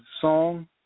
song